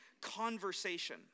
conversation